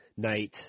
night